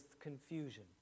confusion